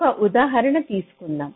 ఒక ఉదాహరణ తీసుకుందాం